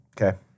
okay